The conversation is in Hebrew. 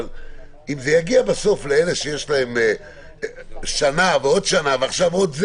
אבל אם זה יגיע בסוף לאלה שיש להם שנה ועוד שנה ועכשיו עוד,